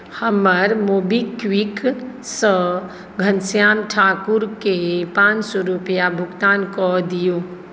हमर मोबीक्विकसँ घनश्याम ठाकुरके पाँच सए रुपैआ भुगतान कऽ दियौ